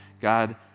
God